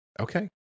okay